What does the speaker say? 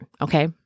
Okay